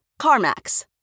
CarMax